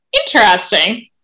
Interesting